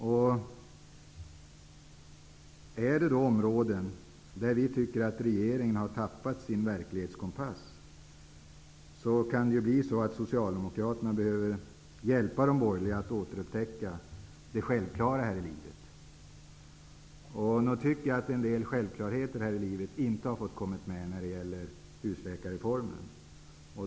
Om det finns områden där vi tycker att regeringen har tappat sin verklighetskompass, kan Socialdemokraterna behöva hjälpa de borgerliga att återupptäcka det självklara här i livet. Nog har en del självklarheter inte fått komma med när det gäller husläkarreformen.